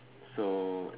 so